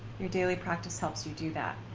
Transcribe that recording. your daily practice helps you do that.